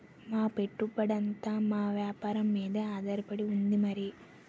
మా పెట్టుబడంతా మా వేపారం మీదే ఆధారపడి ఉంది మరి